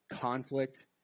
conflict